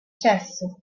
successo